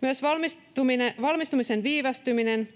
Myös valmistumisen viivästyminen